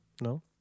No